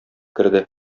керде